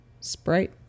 Sprite